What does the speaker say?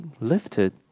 lifted